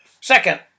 Second